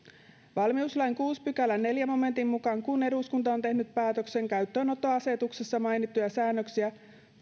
valmiuslain kuudennen pykälän neljännen momentin mukaan kun eduskunta on tehnyt päätöksen käyttöönottoasetuksessa mainittuja säännöksiä